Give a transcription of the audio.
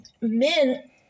men